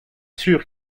sûr